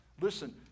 Listen